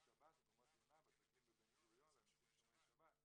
שבת ומקומות לינה בטרקלין בבן גוריון לנוסעים שומרי שבת.